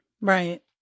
right